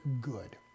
good